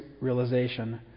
realization